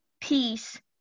peace